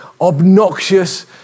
obnoxious